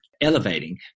elevating